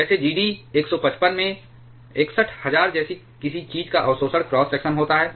जैसे GD 155 में 61000 जैसी किसी चीज का अवशोषण क्रॉस सेक्शन होता है